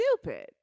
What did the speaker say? stupid